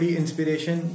inspiration